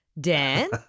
Dan